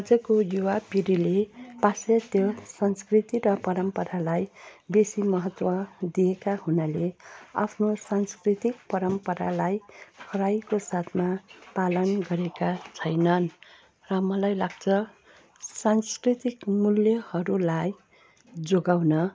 आजको युवा पिँढीले पाश्चात्य संस्कृति र परम्परालाई बेसी महत्त्व दिएका हुनाले आफ्नो संस्कृतिक परम्परालाई कडाइको साथमा पालन गरेका छैनन् र मलाई लाग्छ सांस्कृतिक मुल्यहरूलाई जोगाउन